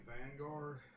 Vanguard